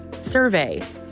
survey